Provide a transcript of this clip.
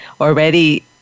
already